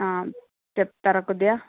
చెప్తారా కొద్దిగా